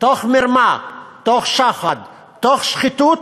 תוך מרמה, תוך שוחד, תוך שחיתות,